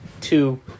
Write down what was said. two